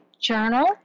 journal